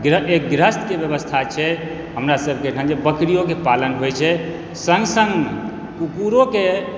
एक गृहस्थ के व्यवस्था छै हमरासबके एहिठाम जे बकरियो के पालन होइ छै संग संग कुकुरो के